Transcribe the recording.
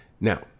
Now